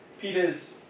Peter's